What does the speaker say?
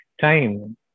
time